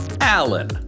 Alan